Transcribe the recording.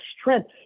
strength